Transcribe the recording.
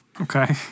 okay